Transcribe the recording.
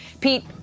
Pete